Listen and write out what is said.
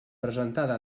presentada